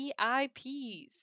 VIPs